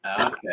Okay